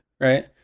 Right